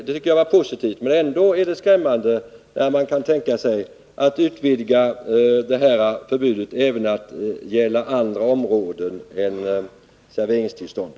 Det tycker jag var positivt, men det är ändå skrämmande att man kan tänka sig att utvidga ett sådant här förbud till att gälla även inom andra områden.